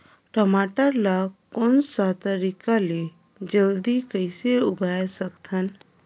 टमाटर ला कोन सा तरीका ले जल्दी कइसे उगाय सकथन?